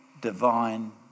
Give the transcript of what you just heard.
divine